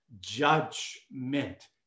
judgment